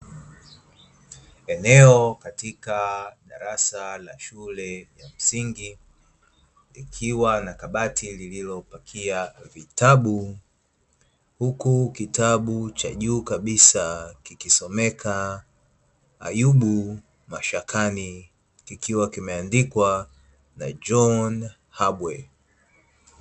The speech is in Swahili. Eneo katika darasa la shule ya msingi, ikiwa na kabati lililo pakia vitabu, huku kitabu cha juu kabisa kikisomeka Ayubu mashakani kikiwa kimeandikwa na John Habue.